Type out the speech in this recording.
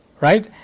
Right